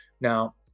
Now